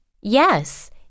Yes